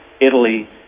Italy